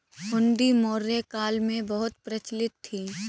हुंडी मौर्य काल में बहुत प्रचलित थी